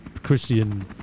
christian